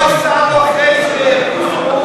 חינוך לא פורמלי, גני חובה,